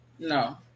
no